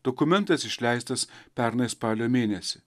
dokumentas išleistas pernai spalio mėnesį